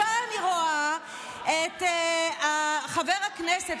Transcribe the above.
ישר אני רואה את חבר הכנסת,